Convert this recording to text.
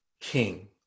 king